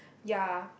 ya